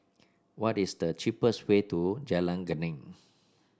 what is the cheapest way to Jalan Geneng